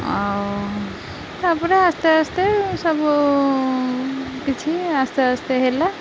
ଆଉ ତାପରେ ଆସ୍ତେ ଆସ୍ତେ ସବୁ କିଛି ଆସ୍ତେ ଆସ୍ତେ ହେଲା